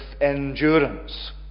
endurance